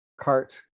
cart